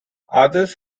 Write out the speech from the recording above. others